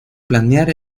planear